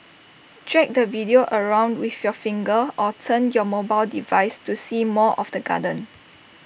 drag the video around with your finger or turn your mobile device to see more of the garden